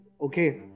okay